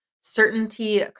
certainty